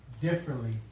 differently